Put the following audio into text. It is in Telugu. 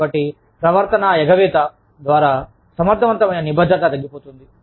కాబట్టి ప్రవర్తనా ఎగవేత ద్వారా సమర్థవంతమైన నిబద్ధత తగ్గిపోతుంది